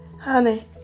Honey